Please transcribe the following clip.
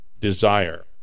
desire